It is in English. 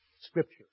Scripture